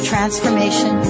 Transformation